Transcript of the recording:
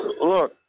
Look